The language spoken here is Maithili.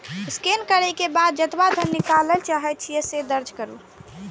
स्कैन करै के बाद जेतबा धन निकालय चाहै छी, से दर्ज करू